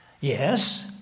Yes